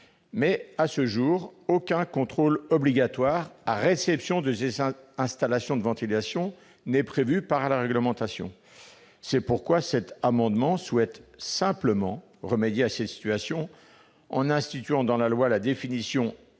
... À ce jour, aucun contrôle obligatoire à réception de ces installations de ventilation n'est prévu par la réglementation. C'est pourquoi cet amendement vise simplement à remédier à cette situation, en instituant, dans la loi, la définition